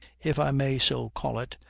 if i may so call it,